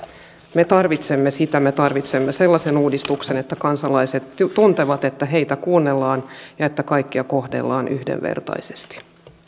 me tarvitsemme sitä me tarvitsemme sellaisen uudistuksen että kansalaiset tuntevat että heitä kuunnellaan ja että kaikkia kohdellaan yhdenvertaisesti